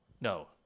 No